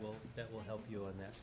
will help you on that